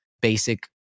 basic